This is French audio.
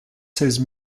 seize